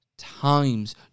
times